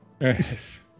Yes